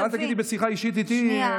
אבל אל תגידי בשיחה אישית איתי "ביצים",